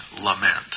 lament